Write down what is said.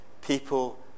people